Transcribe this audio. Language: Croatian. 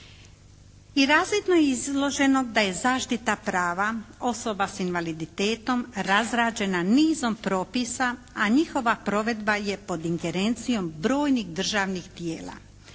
Razvidno je iz izloženog da je zaštita prava osoba s invaliditetom razrađena nizom propisa a njihova provedba je pod ingerencijom brojnih državnih tijela.